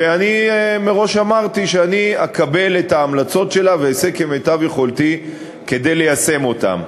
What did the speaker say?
ואמרתי מראש שאקבל את ההמלצות שלה ואעשה כמיטב יכולתי כדי ליישם אותן.